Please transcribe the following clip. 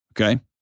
Okay